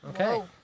Okay